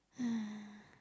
uh